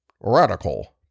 radical